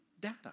data